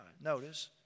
notice